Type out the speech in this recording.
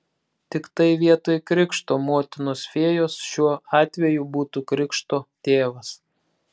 tiktai vietoj krikšto motinos fėjos šiuo atveju būtų krikšto tėvas